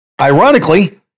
Ironically